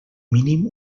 mínim